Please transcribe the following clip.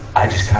i just